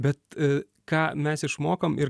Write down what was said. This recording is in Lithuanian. bet ką mes išmokom ir